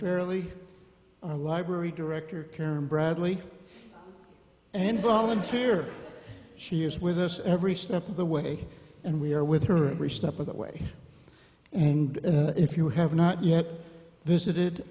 fairly our library director karen bradley and volunteer she is with us every step of the way and we are with her every step of the way and if you have not yet visited